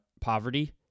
poverty